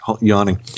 Yawning